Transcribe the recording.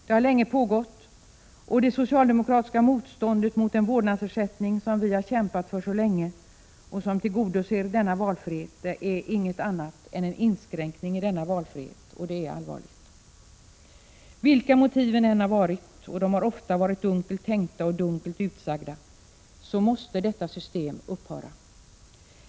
Det sedan länge pågående socialdemokratiska motståndet mot en vårdnadsersättning, som vi har kämpat för så länge och som tillgodoser människors önskan i det här avseendet, är inget annat än en inskränkning i denna valfrihet. Det är allvarligt. Vilka motiven än har varit — och de har ofta varit dunkelt tänkta och dunkelt utsagda — måste detta system upphöra.